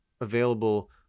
available